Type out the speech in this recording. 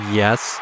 yes